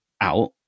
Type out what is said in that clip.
out